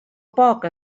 poc